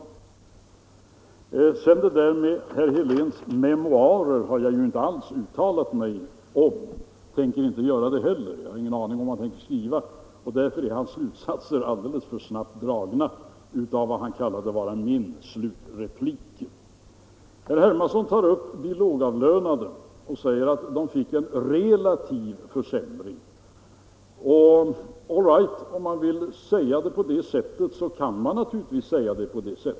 Om herr Heléns memoarer har jag ju inte alls uttalat mig, och jag tänker inte heller göra det. Jag har ingen aning om vad han tänker skriva, och därför är hans slutsatser alldeles för snabbt dragna av vad han kallade min slutreplik. Herr Hermansson tog upp de lågavlönade och sade att de fick en relativ försämring. All right, om man vill säga det på det sättet kan man naturligtvis göra det.